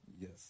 Yes